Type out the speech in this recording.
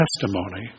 testimony